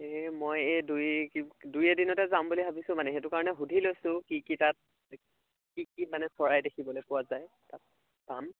এই মই এই দুই কি দুই এদিনতে যাম বুলি ভাবিছোঁ মানে সেইটো কাৰণে সুধি লৈছোঁ কি কি তাত কি কি মানে চৰাই দেখিবলৈ পোৱা যায় তাত পাম